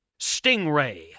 Stingray